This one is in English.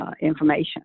information